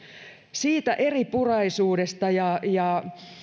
siitä eripuraisuudesta ja ja